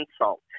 insult